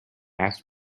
asked